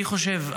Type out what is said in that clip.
אני חושב,